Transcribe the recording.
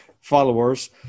followers